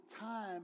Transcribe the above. time